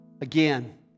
again